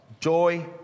joy